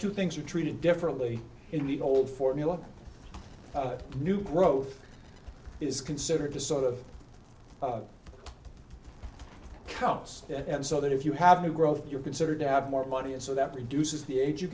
two things are treated differently in the old formula new growth is considered to sort of counts and so that if you have new growth you're considered to have more money and so that reduces the age you